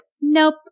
nope